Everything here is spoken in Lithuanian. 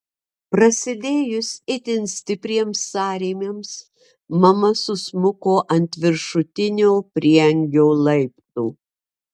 prasidėjus itin stipriems sąrėmiams mama susmuko ant viršutinio prieangio laipto